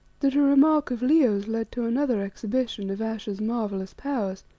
that a remark of leo's led to another exhibition of ayesha's marvellous powers.